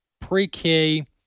pre-K